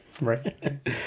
Right